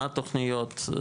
מה התוכניות?